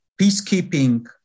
peacekeeping